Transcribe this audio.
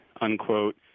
unquote